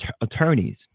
attorneys